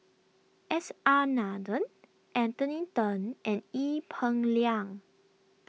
S R Nathan Anthony then and Ee Peng Liang